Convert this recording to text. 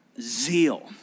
Zeal